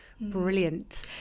Brilliant